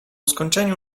skończeniu